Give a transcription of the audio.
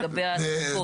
לגבי --- אה,